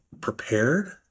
prepared